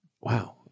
Wow